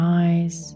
eyes